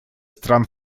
стран